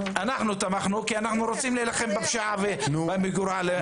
אנחנו תמכנו כי אנחנו רוצים להילחם בפשיעה ולהביא למיגורה.